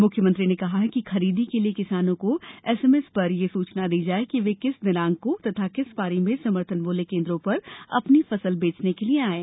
मुख्यमंत्री ने कहा है कि खरीदी के लिए किसानों को एसएमएस पर यह सूचना दी जाए कि वे किस दिनांक को तथा किस पारी में समर्थन मूल्य केन्द्रों पर अपनी फसल बेचने के लिए आएं